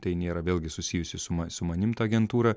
tai nėra vėlgi susijusi suma su manim ta agentūra